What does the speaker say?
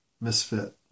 misfit